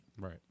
Right